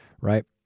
right